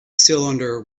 cylinder